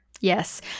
Yes